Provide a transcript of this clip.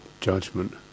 judgment